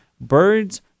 birds